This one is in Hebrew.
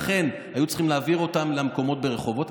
לכן היו צריכים להעביר אותם למקומות ברחובות.